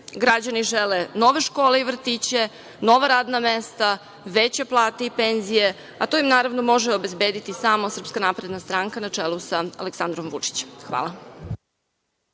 građani žele nove škole i vrtiće, nova radna mesta, veće plate i penzije, a to im, naravno, može obezbediti samo Srpska napredna stranka na čelu sa Aleksandrom Vučićem. Hvala.